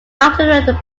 carteret